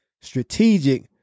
strategic